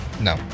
No